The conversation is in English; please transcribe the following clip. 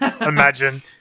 imagine